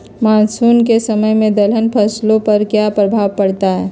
Monsoon के समय में दलहन फसलो पर क्या प्रभाव पड़ता हैँ?